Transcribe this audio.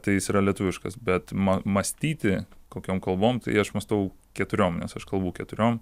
tai jis yra lietuviškas bet ma mąstyti kokiom kalbom tai aš mąstau keturiom nes aš kalbu keturiom